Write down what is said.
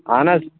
اہن حظ